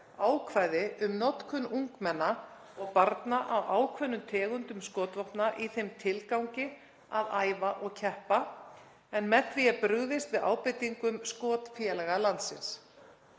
ákvæði um notkun ungmenna og barna á ákveðnum tegundum skotvopna í þeim tilgangi að æfa og keppa. Með því er brugðist við ábendingum skotfélaga landsins.